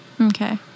Okay